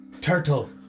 Turtle